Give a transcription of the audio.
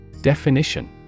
Definition